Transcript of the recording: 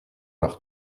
leurs